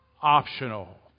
optional